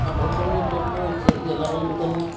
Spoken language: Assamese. আকৰ্ষণীয় তথ্য হৈছে গেলামাল দোকানত